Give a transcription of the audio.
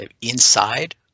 inside